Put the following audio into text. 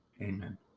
Amen